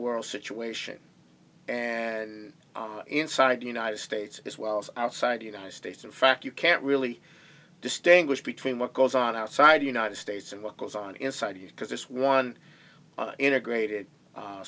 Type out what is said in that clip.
world situation and inside the united states as well as outside the united states in fact you can't really distinguish between what goes on outside the united states and what goes on inside you because this one integrated